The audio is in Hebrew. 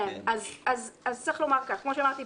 אז צריך לומר כמו שאמרתי,